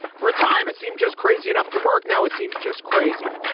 for a time it seemed just crazy enough to work. now it seems just crazy.